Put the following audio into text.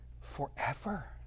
forever